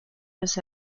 los